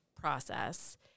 process